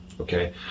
okay